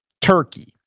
Turkey